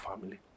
family